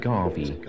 Garvey